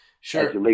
Sure